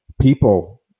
people